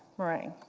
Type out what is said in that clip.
meringue.